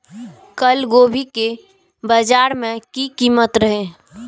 कल गोभी के बाजार में की कीमत रहे?